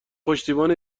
پشتیبان